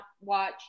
watch